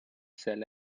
sell